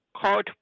called